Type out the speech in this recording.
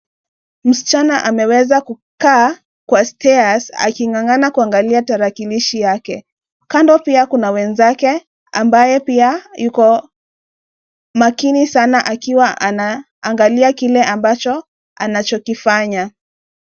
Msichana ameweza kukaa kwa stairs aking'ang'ana kuangalia tarakilishi yake. Kando pia kuna wenzake , ambaye pia yuko makini sana akiwa anaangalia kile ambacho anachokifanya.